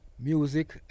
music